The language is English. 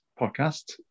podcast